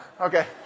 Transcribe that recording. Okay